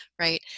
right